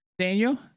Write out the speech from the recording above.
Daniel